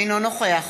אינו נוכח